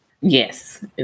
Yes